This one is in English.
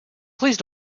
please